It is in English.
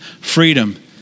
freedom